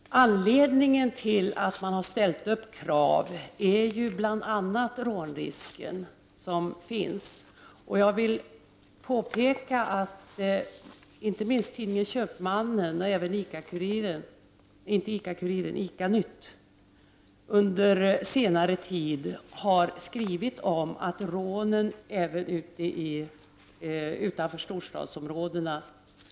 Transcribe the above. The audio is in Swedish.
Anledningen till att man har ställt upp krav är bl.a. den rånrisk som finns. Jag vill påpeka att inte minst tidningen Köpmannen och även ICA-Nytt under senare tid har skrivit om att rånen mot butikerna nu ökar även utanför storstadsområdena.